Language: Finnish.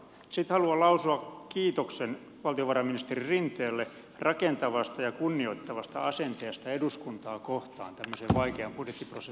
sitten haluan lausua kiitoksen valtiovarainministeri rinteelle rakentavasta ja kunnioittavasta asenteesta eduskuntaa kohtaan tämmöisen vaikean budjettiprosessin yhteydessä